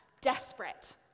desperate